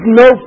no